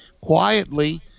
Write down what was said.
quietly